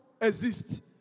exist